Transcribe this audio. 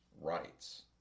rights